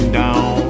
down